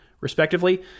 respectively